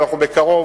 ואנחנו בקרוב,